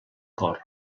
cor